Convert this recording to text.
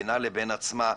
בינה לבין עצמה,